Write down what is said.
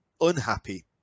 unhappy